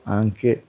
anche